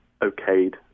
okayed